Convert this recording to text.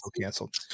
canceled